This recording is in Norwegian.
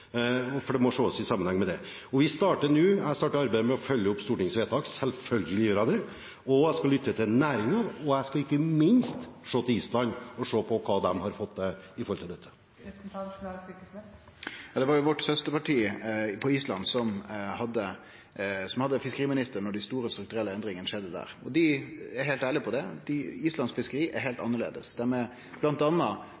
det må ses i sammenheng med det. Vi starter nå, jeg starter arbeidet med å følge opp Stortingets vedtak, selvfølgelig gjør jeg det, og jeg skal lytte til næringen. Og jeg skal ikke minst se til Island og se på hva de har fått til når det gjelder dette. Ja, det var jo vårt søsterparti på Island som hadde fiskeriministeren da dei store strukturelle endringane skjedde der. Og dei er helt ærlege på det, Islands fiskeri er helt